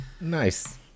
Nice